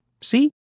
See